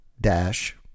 dash